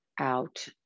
out